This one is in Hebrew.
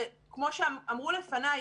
וכמו שאמרו לפניי,